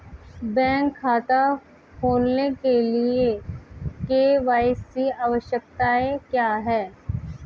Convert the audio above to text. Bank खाता खोलने के लिए के.वाई.सी आवश्यकताएं क्या हैं?